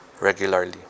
regularly